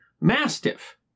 mastiff